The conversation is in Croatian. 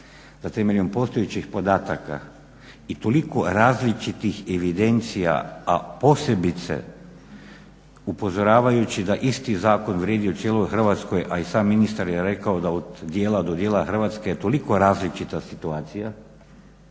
da temeljem postojećih podataka i toliko različitih evidencija, a posebice upozoravajući da isti zakon vrijedi u cijeloj Hrvatskoj, a i sam ministar je rekao da od dijela do dijela Hrvatske je toliko različita situacija.